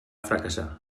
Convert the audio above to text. fracassar